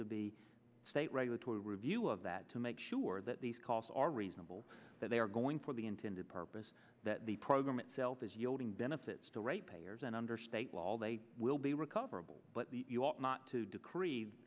to be state regulatory review of that to make sure that these costs are reasonable that they are going for the intended purpose that the program itself is yodeling benefits to right payers and under state law they will be recoverable but you ought not to decree